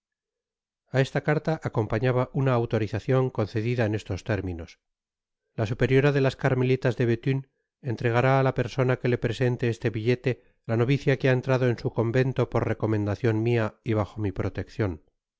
a esta carta acompañaba una automacion concebida en estos términos la superiora de las carmelitas de bethune entregará á la persona que le presente este billete la novicia que ha entrado en su convento por recomendacion mia y bajo mi proteccion